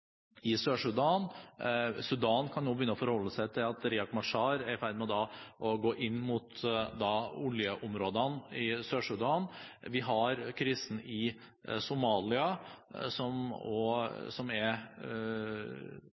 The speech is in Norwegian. Sudan kan også begynne å forholde seg til at Riek Machar er i ferd med å gå inn mot oljeområdene i Sør-Sudan. Vi har krisen i Somalia som dessverre er